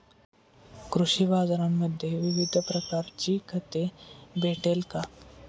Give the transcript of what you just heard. कृषी बाजारांमध्ये विविध प्रकारची खते भेटेल का?